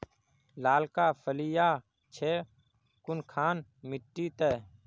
लालका फलिया छै कुनखान मिट्टी त?